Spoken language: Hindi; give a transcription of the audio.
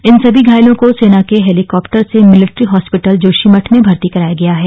इन सभी घायलों को सेना के हेलीकाप्टर से मिलेटी हास्पिटल जोशीमठ में भर्ती कराया गया है